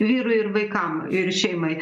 vyrui ir vaikam ir šeimai